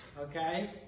Okay